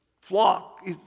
flock